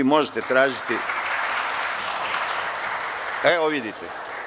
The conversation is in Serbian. Možete tražiti… [[Aplauz u sali.]] Evo, vidite.